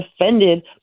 offended